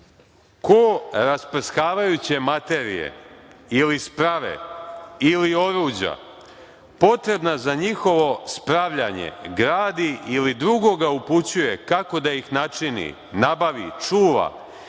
„Ko rasprskavajuće materije ili sprave ili oruđa potrebna za njihovo spravljanje gradi ili drugoga upućuje kako da ih načini, nabavi, čuva